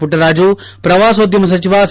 ಮಟ್ಸರಾಜು ಪ್ರವಾಸೋದ್ಯಮ ಸಚಿವ ಸಾ